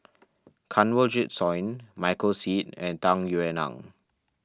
Kanwaljit Soin Michael Seet and Tung Yue Nang